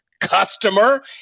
customer